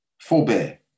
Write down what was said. Forbear